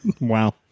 Wow